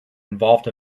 involved